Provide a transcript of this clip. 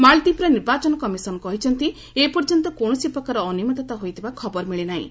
ମାଳଦୀପର ନିର୍ବାଚନ କମିଶନ କହିଛନ୍ତି ଏପର୍ଯ୍ୟନ୍ତ କୌଣସି ପ୍ରକାର ଅନିୟମିତତା ହୋଇଥିବା ଖବର ମିଳି ନାହିଁ